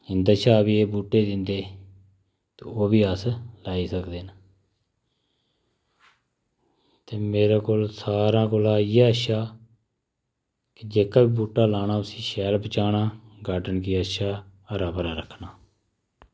इंदा कशा बी एह् बूह्टे दिंदे ते ओह्बी अस लाई सकदे न ते मेरे कोला सारें कोला इयै अच्छा कि जेह्का बी बूह्टा लाना उसी शैल बचाना गॉर्डन गी बड़ा अच्छा हरा भरा रक्खना